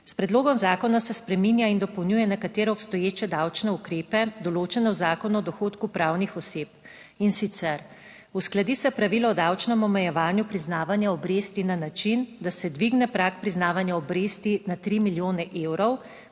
S predlogom zakona se spreminja in dopolnjuje nekatere obstoječe davčne ukrepe, določene v Zakonu o dohodku pravnih oseb in sicer, uskladi se pravilo o davčnem omejevanju priznavanja obresti na način, da se dvigne prag priznavanja obresti na 3 milijone evrov